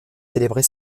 célébrer